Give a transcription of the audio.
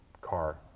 car